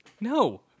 no